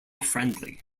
friendly